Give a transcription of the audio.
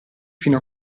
fino